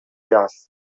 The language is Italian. gas